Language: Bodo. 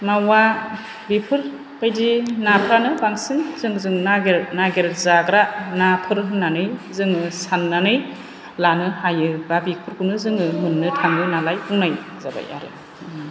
मावा बेफोरबायदि नाफ्रानो बांसिन जोंजों नागेर नागेर जाग्रा नाफोर होनानै जोङो सानानै लानो हायो बा बेफोरखौनो जोङो मोन्नो थाङोनालाय बुंनाय जाबाय आरो